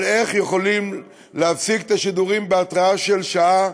אבל איך יכולים להפסיק את השידורים בהתראה של שעה?